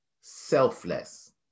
selfless